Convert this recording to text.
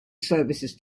services